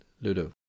Ludo